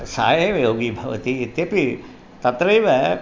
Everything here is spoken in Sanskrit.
सः एव योगी भवति इत्यपि तत्रैव